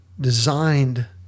designed